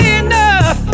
enough